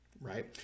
right